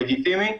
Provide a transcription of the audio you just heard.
לגיטימי.